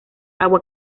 agua